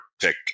pick